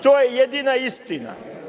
To je jedina istina.